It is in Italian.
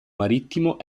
marittimo